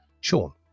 Sean